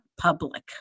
public